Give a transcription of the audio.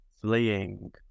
fleeing